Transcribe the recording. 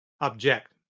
object